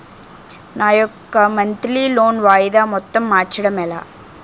నా యెక్క monthly loan వాయిదా మొత్తం మార్చడం ఎలా?